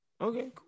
okay